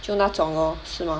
就那种 lor 是吗